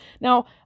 Now